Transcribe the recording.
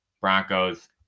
Broncos